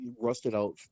rusted-out